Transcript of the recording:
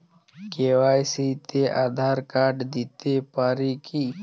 KYC তে Aadhaar card দিতে পারি কি?